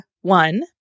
one